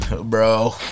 Bro